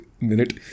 minute